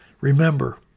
Remember